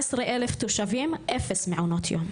18 אלף תושבים שיש בה אפס מעונות יום.